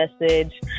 message